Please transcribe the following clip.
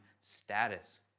status